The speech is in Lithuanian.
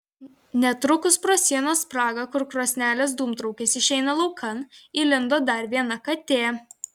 netrukus pro sienos spragą kur krosnelės dūmtraukis išeina laukan įlindo dar viena katė